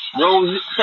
Rose